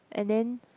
and then